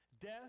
Death